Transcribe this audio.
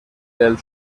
del